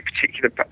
particular